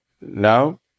now